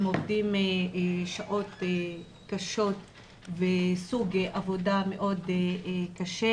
הם עובדים שעות קשות וסוג עבודה מאוד קשה.